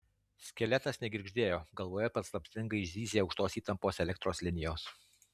skeletas negirgždėjo galvoje paslaptingai zyzė aukštos įtampos elektros linijos